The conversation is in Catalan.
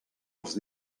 els